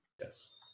Yes